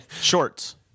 Shorts